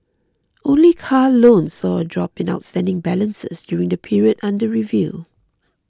only car loans saw a drop in outstanding balances during the period under review